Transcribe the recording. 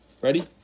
Ready